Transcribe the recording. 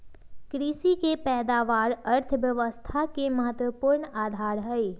कृषि के पैदावार अर्थव्यवस्था के महत्वपूर्ण आधार हई